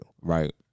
Right